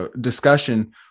discussion